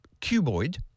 cuboid